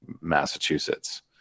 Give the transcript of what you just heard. Massachusetts